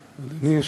אדוני.